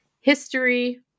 history